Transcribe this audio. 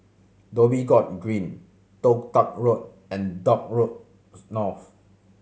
Dhoby Ghaut Green Toh Tuck Road and Dock Road North